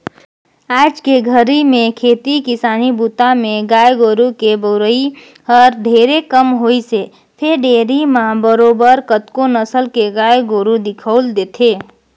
आयज के घरी में खेती किसानी बूता में गाय गोरु के बउरई हर ढेरे कम होइसे फेर डेयरी म बरोबर कतको नसल के गाय गोरु दिखउल देथे